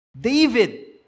David